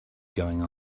going